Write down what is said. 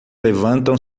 levantam